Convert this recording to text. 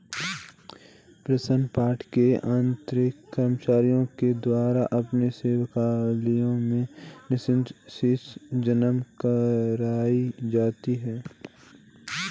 pension fund के अंतर्गत कर्मचारियों के द्वारा अपने सेवाकाल में निश्चित राशि जमा कराई जाती है